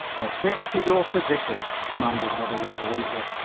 now take me to your physician, commanded mother, resolutely.